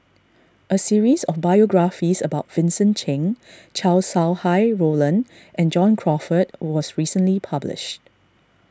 a series of biographies about Vincent Cheng Chow Sau Hai Roland and John Crawfurd was recently published